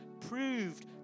proved